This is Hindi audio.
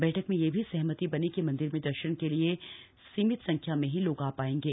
बैठक में यह भी सहमति बनी कि मन्दिर में दर्शन के लिए सीमित संख्या में ही लोग आ पायेंगे